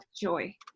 joy